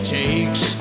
takes